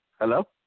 Hello